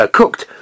cooked